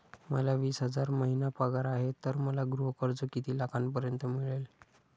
मला वीस हजार महिना पगार आहे तर मला गृह कर्ज किती लाखांपर्यंत मिळेल?